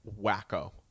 wacko